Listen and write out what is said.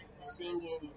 singing